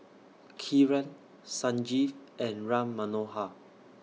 Kiran Sanjeev and Ram Manohar